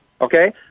Okay